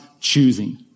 choosing